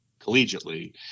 collegiately